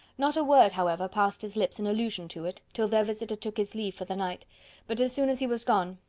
not a word, however, passed his lips in allusion to it, till their visitor took his leave for the night but as soon as he was gone,